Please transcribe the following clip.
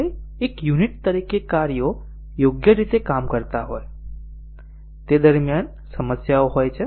ભલે એક યુનિટ તરીકે કાર્યો યોગ્ય રીતે કામ કરતા હોય તે દરમિયાન સમસ્યાઓ હોય છે